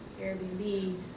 Airbnb